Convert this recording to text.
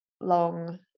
long